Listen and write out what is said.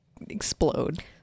explode